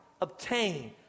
obtain